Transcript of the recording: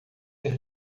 ter